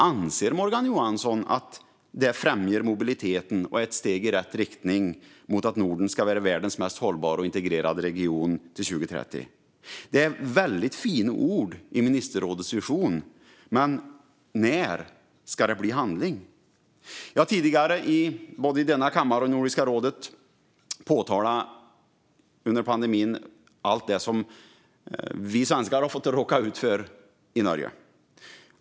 Anser Morgan Johansson att detta främjar mobiliteten och är ett steg i rätt riktning mot att Norden ska vara världens mest hållbara och integrerade region till 2030? Det är väldigt fina ord i ministerrådets vision, men när ska det bli handling? Jag har tidigare under pandemin, både i denna kammare och i Nordiska rådet, påpekat allt det som vi svenskar har råkat ut för i Norge.